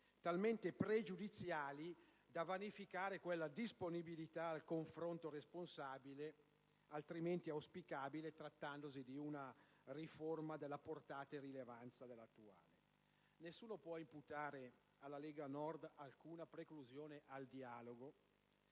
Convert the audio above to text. talmente pregiudiziali da vanificare quella disponibilità al confronto responsabile altrimenti auspicabile, trattandosi di una riforma della portata e rilevanza dell'attuale. Nessuno può imputare alla Lega Nord alcuna preclusione al dialogo,